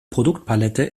produktpalette